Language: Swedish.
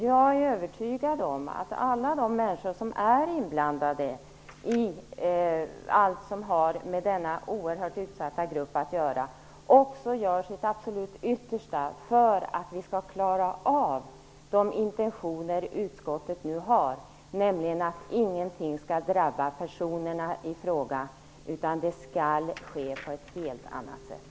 Jag är övertygad om att alla människor som är inblandade i allt som har med denna oerhört utsatta grupp att göra också gör sitt absolut yttersta för att man skall kunna leva upp till de intentioner som utskottet nu har, nämligen att ingenting skall drabba personerna ifråga utan att besparingen skall ske på ett helt annat sätt.